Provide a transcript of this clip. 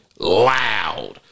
Loud